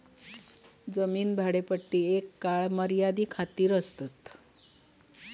जमीन भाडेपट्टी एका काळ मर्यादे खातीर आसतात